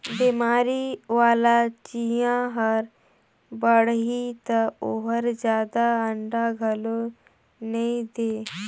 बेमारी वाला चिंया हर बाड़ही त ओहर जादा अंडा घलो नई दे